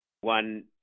one